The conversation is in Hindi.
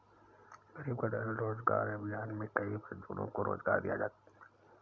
गरीब कल्याण रोजगार अभियान में कई मजदूरों को रोजगार दिया